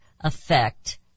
effect